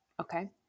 Okay